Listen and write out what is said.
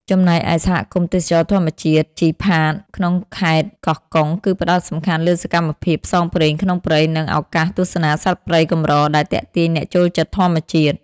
ចំណែកឯ សហគមន៍ទេសចរណ៍ធម្មជាតិជីផាត ក្នុងខេត្តកោះកុង គឺផ្ដោតសំខាន់លើសកម្មភាពផ្សងព្រេងក្នុងព្រៃ និងឱកាសទស្សនាសត្វព្រៃកម្រ ដែលទាក់ទាញអ្នកចូលចិត្តធម្មជាតិ។